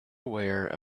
aware